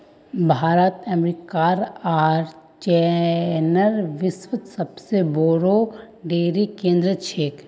भारत अमेरिकार आर चीनेर विश्वत सबसे बोरो डेरी केंद्र छेक